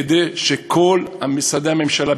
כדי שכל משרדי הממשלה,